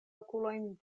okulojn